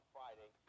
Friday